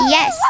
Yes